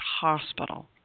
hospital